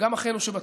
וגם אחינו שבתפוצות.